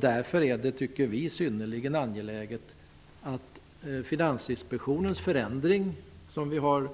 Därför tycker vi när det gäller Finansinspektionens förändring, som vi har